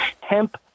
hemp